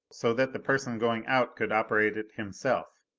so that the person going out could operate it himself.